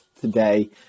today